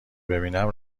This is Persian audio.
ببینم